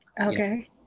okay